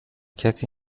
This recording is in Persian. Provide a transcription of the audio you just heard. کسی